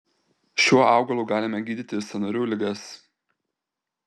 šiuo augalu galime gydyti sąnarių ligas